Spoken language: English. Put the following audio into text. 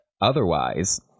otherwise